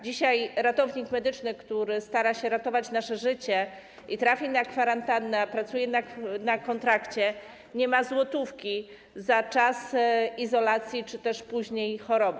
Dzisiaj ratownik medyczny, który stara się ratować nasze życie i trafi na kwarantannę, a pracuje na kontrakcie, nie ma złotówki za czas izolacji czy też później choroby.